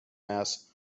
mass